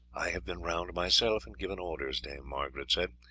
i have been round myself and given orders, dame margaret said.